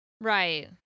Right